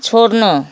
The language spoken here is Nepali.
छोड्नु